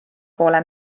poole